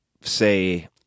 say